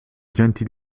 agenti